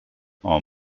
are